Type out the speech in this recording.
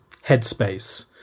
headspace